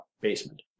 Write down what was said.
basement